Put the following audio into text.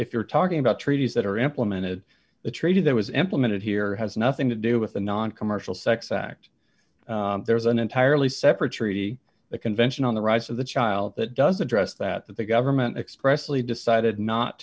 if you're talking about treaties that are implemented the treaty that was implemented here has nothing to do with the noncommercial sex act there's an entirely separate treaty the convention on the rights of the child that does address that that the government expressly decided not